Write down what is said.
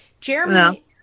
Jeremy